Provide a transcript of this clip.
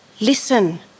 listen